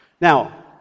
Now